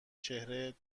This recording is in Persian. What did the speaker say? چهره